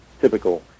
typical